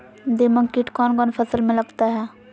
दीमक किट कौन कौन फसल में लगता है?